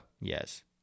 Yes